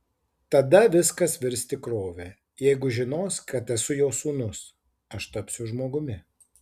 tada viskas virs tikrove jeigu žinos kad esu jo sūnus aš tapsiu žmogumi